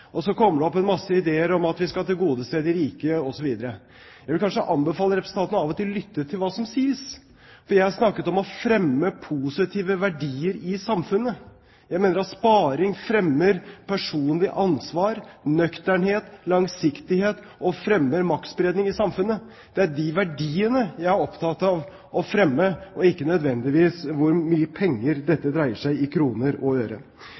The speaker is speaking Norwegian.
det kommer opp en masse ideer om at vi skal tilgodese de rike osv. Jeg vil anbefale representanten av og til å lytte til hva som sies, for jeg snakket om å fremme positive verdier i samfunnet. Jeg mener at sparing fremmer personlig ansvar, nøkternhet og langsiktighet og maktspredning i samfunnet. Det er de verdiene jeg er opptatt av å fremme, ikke nødvendigvis hvor mye penger dette dreier seg om i kroner og øre.